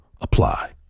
apply